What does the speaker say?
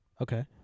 okay